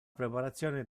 preparazione